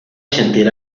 sentir